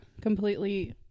completely